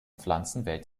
pflanzenwelt